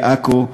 לעכו,